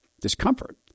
discomfort